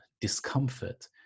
discomfort